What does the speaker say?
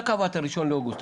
אתה קבעת 1 באוגוסט.